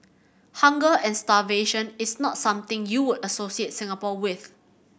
hunger and starvation is not something you would associate Singapore with